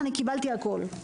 אני קיבלתי הכל.